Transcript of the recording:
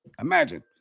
Imagine